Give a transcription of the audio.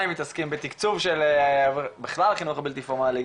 מתעסקים בתקצוב של בכלל של החינוך הבלתי פורמאלי,